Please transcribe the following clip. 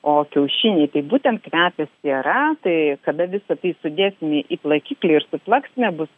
o kiaušiniai tai būtent kvepia siera tai kada visa tai sudėsime į plakiklį ir suplaksime bus